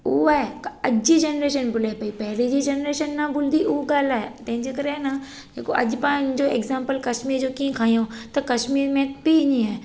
उहो आहे अॼु जी जनरेशन भुले पई पहले जी जनरेशन न भुलंदी उहा गाल्हि आहे तंहिंजे करे आहे न अॼु पाण जो एक्ज़ाम्पल कशमीर जो कीअं खयो त कशमीर में बि इएं आहे